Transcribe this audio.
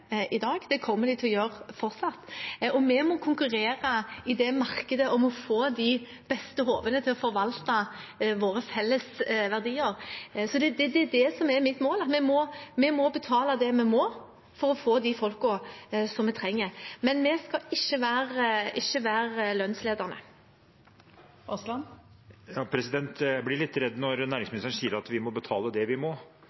i dag, det kommer de til å gjøre fortsatt, og vi må konkurrere i markedet for å få de beste hodene til å forvalte våre felles verdier. Det er det som er mitt mål. Vi må betale det vi må for å få de folkene vi trenger. Men vi skal ikke være lønnsledende. Terje Aasland – til oppfølgingsspørsmål. Jeg blir litt redd når